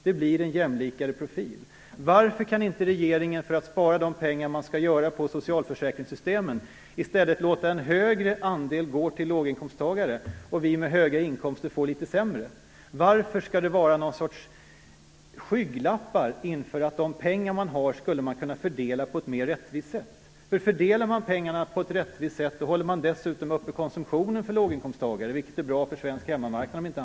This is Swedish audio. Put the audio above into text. Det blir då en jämlikare profil. Varför kan inte regeringen för att spara de pengar man vill dra in från socialförsäkringssystemen låta en högre andel i stället gå till låginkomsttagare men låta oss med höga inkomster få det litet sämre? Varför skall vi ha någon sorts skygglappar inför att man på ett mer rättvist sätt skulle kunna fördela de pengar som står till förfogande? Fördelar man pengarna rättvist, håller man dessutom låginkomsttagares konsumtion uppe, vilket om inte annat är bra för svensk hemmamarknad.